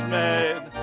made